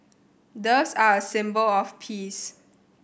doves are a symbol of peace